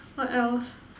what else